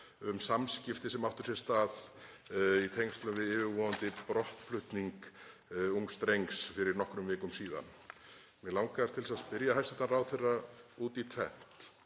um samskipti sem áttu sér stað í tengslum við yfirvofandi brottflutning ungs drengs fyrir nokkrum vikum síðan. Mig langar að spyrja hæstv. ráðherra út í tvennt.